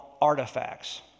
artifacts